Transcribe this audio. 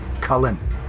Cullen